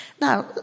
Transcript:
Now